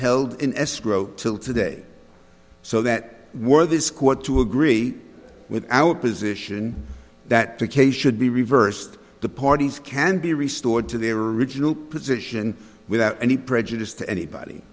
held in escrow till today so that were this court to agree with our position that the k should be reversed the parties can be restored to their original position without any prejudice to anybody